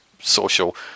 social